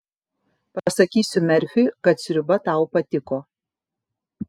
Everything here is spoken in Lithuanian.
pasakysiu merfiui kad sriuba tau patiko